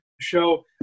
show